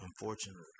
unfortunately